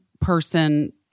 person